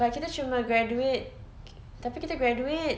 but kita cuma graduate tapi kita graduate